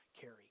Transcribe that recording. carry